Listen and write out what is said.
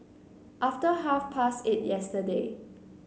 after half past eight yesterday